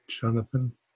Jonathan